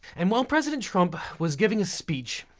and while president trump was giving a speech